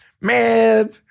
man